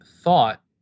thought